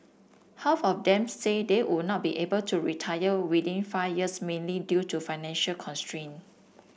half of them say they would not be able to retire within five years mainly due to financial constraint